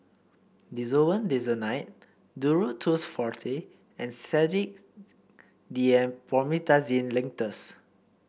Desowen Desonide Duro Tuss Forte and Sedilix D M Promethazine Linctus